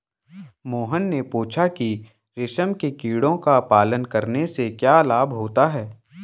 मोहन ने पूछा कि रेशम के कीड़ों का पालन करने से क्या लाभ होता है?